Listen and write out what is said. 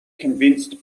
convinced